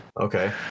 okay